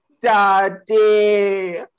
Daddy